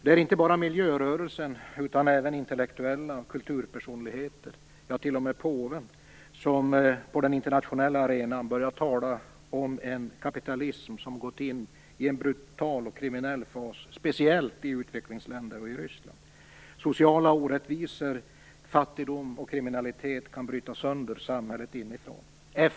Det är inte bara miljörörelsen utan även intellektuella och kulturpersonligheter - ja, t.o.m. påven - som på den internationella arenan har börjat att tala om en kapitalism som gått in i en brutal och kriminell fas, speciellt i utvecklingsländer och i Ryssland. Sociala orättvisor, fattigdom och kriminalitet kan bryta sönder samhället inifrån.